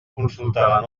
consultar